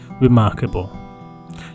remarkable